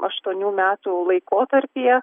aštuonių metų laikotarpyje